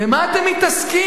במה אתם מתעסקים?